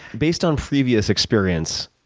based on previous experience,